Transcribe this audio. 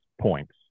points